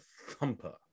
Thumper